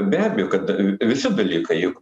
be abejo kad visi dalykai juk